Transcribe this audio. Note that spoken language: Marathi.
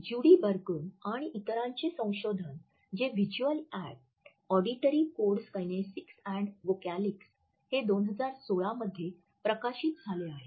ज्युडी बर्गून आणि इतरांचे संशोधन जे visual and auditory codes kinesic and vocalics' हे २०१६ मध्ये प्रकाशित झाले आहे